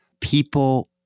people